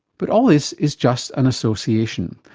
but all this is just an association,